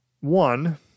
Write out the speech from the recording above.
One